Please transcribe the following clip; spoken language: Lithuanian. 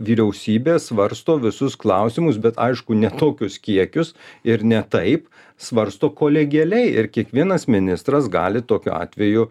vyriausybė svarsto visus klausimus bet aišku ne tokius kiekius ir ne taip svarsto kolegialiai ir kiekvienas ministras gali tokiu atveju